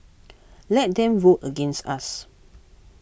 let them vote against us